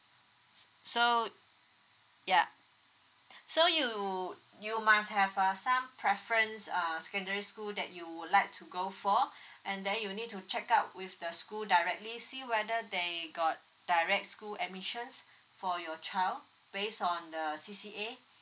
so ya so you you must have uh some preference uh secondary school that you would like to go for and then you need to check out with the school directly see whether they got direct school admissions for your child based on the C_C_A